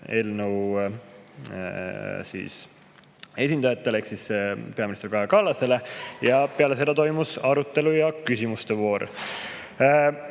esindajale ehk peaminister Kaja Kallasele, peale seda toimus arutelu ja küsimuste voor.